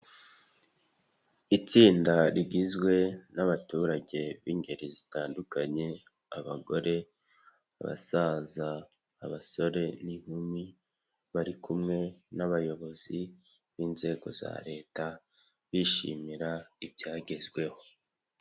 Itsinda rigizwe n'abaturage b'ingeri zitandukanye abagore, abasaza, abasore, n'inkumi bari kumwe n'abayobozi b'inzego za Leta bishimira ibyagezweho.